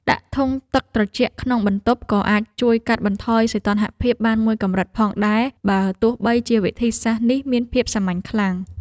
ដាក់ធុងទឹកត្រជាក់ក្នុងបន្ទប់ក៏អាចជួយកាត់បន្ថយសីតុណ្ហភាពបានមួយកម្រិតផងដែរបើទោះបីជាវិធីសាស្ត្រនេះមានភាពសាមញ្ញខ្លាំង។